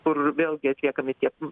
kur vėlgi atliekami tiek